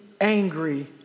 angry